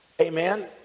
Amen